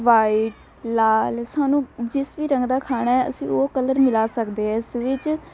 white ਲਾਲ ਸਾਨੂੰ ਜਿਸ ਵੀ ਰੰਗ ਦਾ ਖਾਣਾ ਹੈ ਅਸੀਂ ਉਹ ਕਲਰ ਮਿਲਾ ਸਕਦੇ ਹਾਂ ਇਸ ਵਿੱਚ